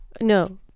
No